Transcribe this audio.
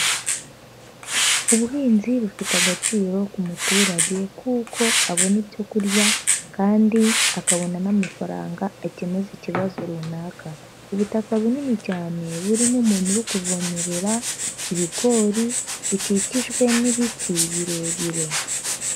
Ubuhinzi bufite agaciro ku muturage kuko abona ibyo kurya kandi akabona n'amafaranga akemuza ikibazo runaka. Ubutaka bunini cyane, burimo umuntu uru kuvomerera ibigori bikikijwe n'ibiti birebire.